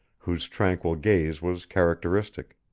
whose tranquil gaze was characteristic.